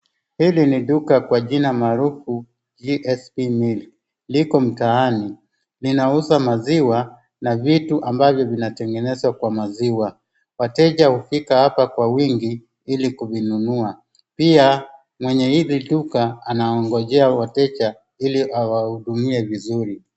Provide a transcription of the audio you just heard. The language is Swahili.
Hili ni duka kwa jina maarufu GSP milk liko mtaani, linauza maziwa na vitu ambavyo vinatengenezwa kwa maziwa. Wateja hufika hapa kwa wingi ili kuvinunua. Pia mwenye hili duka anangojea wateja ili awahudumie vizuri.